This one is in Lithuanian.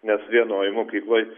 nes vienoj mokykloj